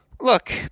look